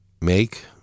make